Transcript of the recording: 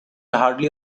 hardly